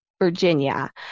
Virginia